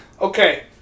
Okay